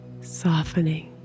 softening